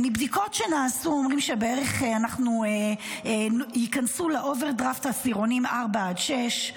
בבדיקות שנעשו אומרים שייכנסו לאוברדראפט עשירונים 4 עד 6,